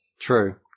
True